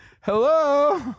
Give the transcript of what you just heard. Hello